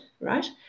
right